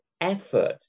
effort